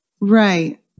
Right